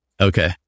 Okay